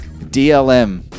dlm